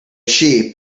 sheep